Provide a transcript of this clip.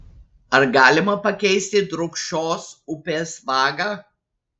ar galima pakeisti drūkšos upės vagą